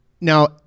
Now